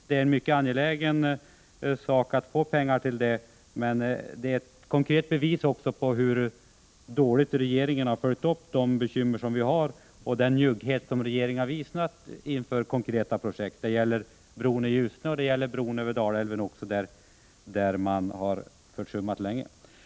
Det är mycket angeläget att få pengar till den, men det är också ett konkret bevis på hur dåligt regeringen har följt upp de bekymmer vi har och på den njugghet som regeringen har visat inför konkreta projekt — det gäller också bron över Dalälven; det är en fråga som man länge har försummat.